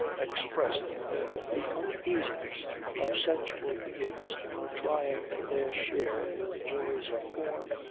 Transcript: expressed but the uneasiness of sensual beings trying for their share in the joys of form,